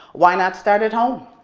why not start at home?